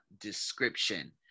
description